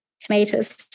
tomatoes